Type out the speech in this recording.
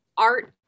art